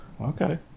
Okay